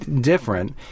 different